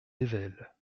ayvelles